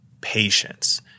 patience